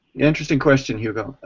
interesting question, hugo.